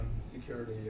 security